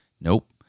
Nope